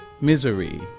misery